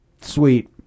sweet